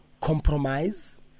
compromise